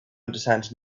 understands